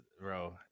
bro